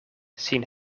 sin